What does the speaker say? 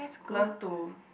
learn to